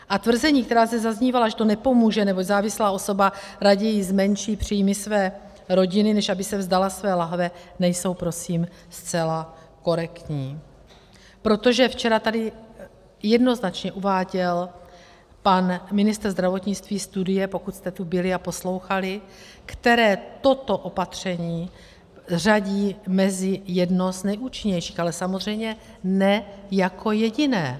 A tvrzení, která zde zaznívala, že to nepomůže, neboť závislá osoba raději zmenší příjmy své rodiny, než aby se vzdala své lahve, nejsou prosím zcela korektní, protože včera tady jednoznačně uváděl pan ministr zdravotnictví studie, pokud jste tu byli a poslouchali, které toto opatření řadí mezi jedno z nejúčinnějších, ale samozřejmě ne jako jediné.